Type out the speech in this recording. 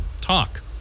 talk